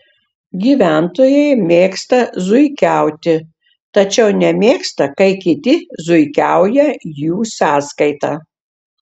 gyventojai mėgsta zuikiauti tačiau nemėgsta kai kiti zuikiauja jų sąskaita